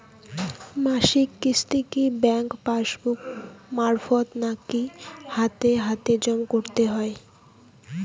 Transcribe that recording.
মাসিক কিস্তি কি ব্যাংক পাসবুক মারফত নাকি হাতে হাতেজম করতে হয়?